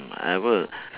I will